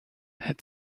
had